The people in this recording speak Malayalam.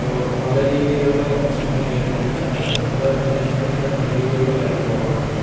ഇപ്പോൾ പല രീതിയിലുള്ള പ്രശ്നങ്ങൾ നേരിട്ട് കൊണ്ടിരിക്കുകയാണ് ഇപ്പം സുഗന്ധ വ്യഞ്ജനത്തിനൊക്കെ നല്ല രീതിയിലുള്ള വില കുറവാണ് ഇപ്പം